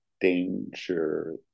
danger